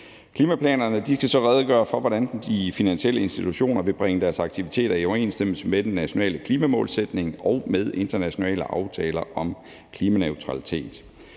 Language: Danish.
Klimaplanerne skal så redegøre for, hvordan de finansielle institutioner vil bringe deres aktiviteter i overensstemmelse med den nationale klimamålsætning og med internationale aftaler om klimaneutralitet.